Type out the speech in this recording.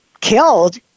killed